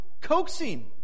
coaxing